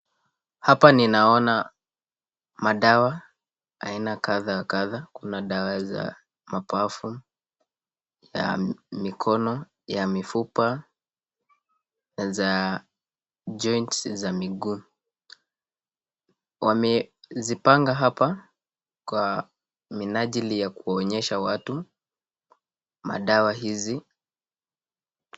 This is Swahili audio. Hapa ninaona madawa kadhaa wa kadhaa kuna dawa za mapafu ya mikono ya mifupa za joints za miguu. Wamezipanga hapa kwa minajili ya kuwaonyesha watu madawa hizi.